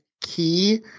key